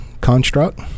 construct